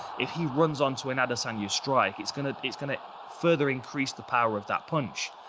if he runs onto an adesanya strike, it's gonna it's gonna further increase the power of that punch.